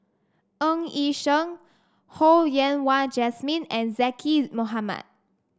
Ng Yi Sheng Ho Yen Wah Jesmine and Zaqy Mohamad